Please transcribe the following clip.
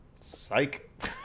psych